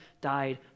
died